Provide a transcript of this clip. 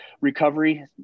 recovery